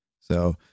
So-